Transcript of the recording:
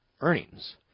earnings